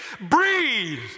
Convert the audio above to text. Breathe